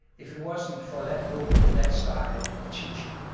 if it wasn't for that book and that style of teaching.